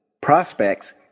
Prospects